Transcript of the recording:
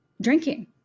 drinking